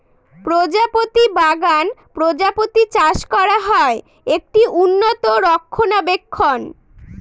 প্রজাপতি বাগান প্রজাপতি চাষ করা হয়, একটি উন্নত রক্ষণাবেক্ষণ